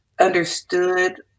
understood